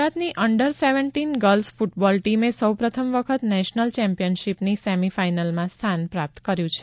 ગુજરાતની under seventeen girls football ટીમે સૌપ્રથમ વખત નેશનલ ચેમ્પિયનશીપની સેમિફાઇનલમાં સ્થાન પ્રાપ્ત કર્યું છે